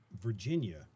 Virginia